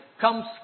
comes